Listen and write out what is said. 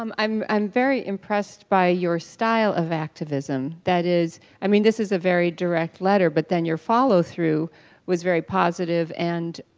um i'm i'm very impressed by your style of activism. that is, i mean, this is a very direct letter, but then your follow-through was very positive and,